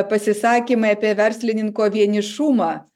pasisakymai apie verslininko vienišumą